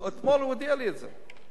אתמול הוא הודיע לי את זה בקבינט,